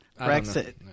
Brexit